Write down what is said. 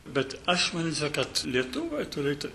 bet aš manyčiau kad lietuviai turėtų